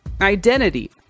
Identity